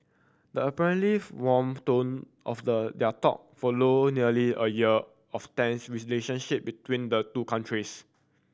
the apparently warm tone of the their talk followed nearly a year of tense between the two countries